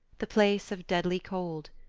the place of deadly cold.